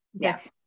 Yes